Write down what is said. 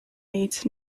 needs